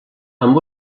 amb